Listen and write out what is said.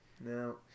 No